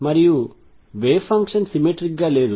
మరియు wave function symmetric గా లేదు